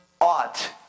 Ought